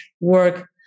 work